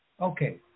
Okay